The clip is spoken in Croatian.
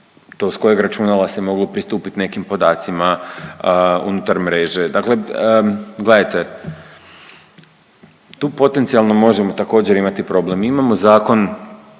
to s kojeg računala se moglo pristupit nekim podacima unutar mreže. Dakle, gledajte. Tu potencijalno možemo također imati problem. Mi imamo Zakon